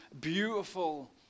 beautiful